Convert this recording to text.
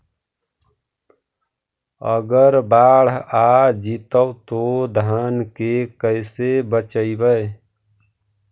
अगर बाढ़ आ जितै तो धान के कैसे बचइबै?